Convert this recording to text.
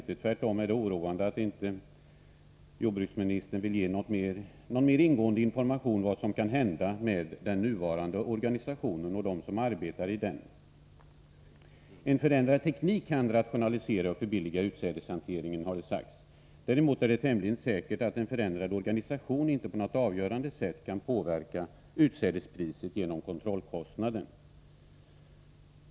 Tvärtom är det oroande att jordbruksministern inte vill ge någon mer ingående information om vad som kan hända med den nuvarande organisationen och för dem som arbetar i denna. En förändrad teknik kan rationalisera och förbilliga utsädeshanteringen, har det sagts. Däremot är det tämligen säkert att en förändrad organisation inte på något avgörande sätt kan påverka utsädespriset genom kontrollkostnaden.